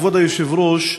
כבוד היושב-ראש,